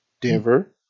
Denver